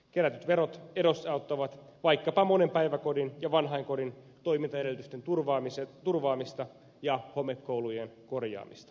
kerätyt verot edesauttavat vaikkapa monen päiväkodin ja vanhainkodin toimintaedellytysten turvaamista ja homekoulujen korjaamista